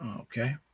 Okay